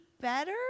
better